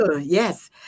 Yes